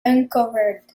uncovered